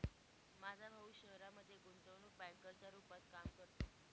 माझा भाऊ शहरामध्ये गुंतवणूक बँकर च्या रूपात काम करतो